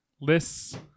lists